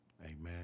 Amen